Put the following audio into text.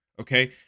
okay